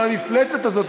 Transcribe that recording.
אבל המפלצת הזאת,